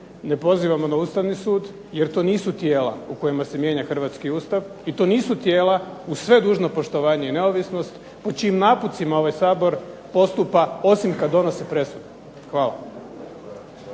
ne pozivamo na Vrhovni sud jer to nisu tijela u kojima se mijenja Hrvatski ustav i to nisu tijela uz sve dužno poštovanje i neovisnost o čijim napucima ovaj Sabor postupa osim kada donosi presudu. Hvala.